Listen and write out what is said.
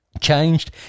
changed